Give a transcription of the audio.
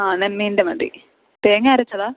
ആ നെമ്മീനിൻ്റെ മതി തേങ്ങ അരച്ചതാണോ